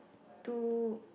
two